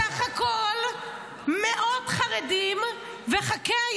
בסך הכול מאות חרדים וחכה,